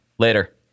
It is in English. Later